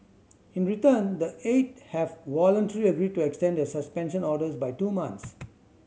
in return the eight have voluntarily agreed to extend their suspension orders by two month